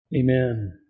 amen